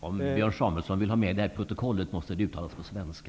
Om Björn Samuelson vill ha med detta i protokollet måste det uttalas på svenska.